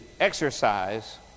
exercise